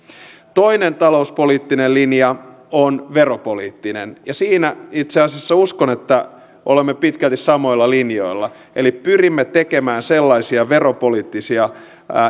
toinen talouspoliittinen linja on veropoliittinen ja siinä itse asiassa uskon että olemme pitkälti samoilla linjoilla eli pyrimme tekemään sellaisia veropoliittisia